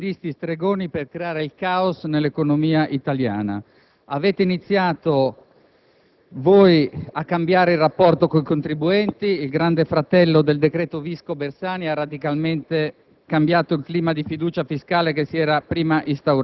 sono bastati pochi mesi degli apprendisti stregoni per creare il caos nell'economia italiana. Avete iniziato voi a cambiare il rapporto con i contribuenti; il Grande fratello del decreto Visco-Bersani ha radicalmente